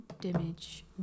damage